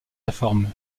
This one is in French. réformes